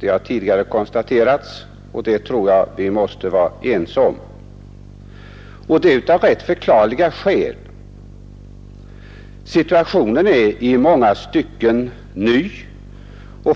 Detta har konstaterats tidigare, och jag tror att vi måste vara ense om det. Och den är inte godtagbar av rätt förklarliga skäl. Situationen är i många stycken ny.